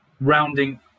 Rounding